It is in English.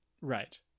Right